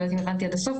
לא הבנתי עד הסוף,